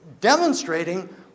demonstrating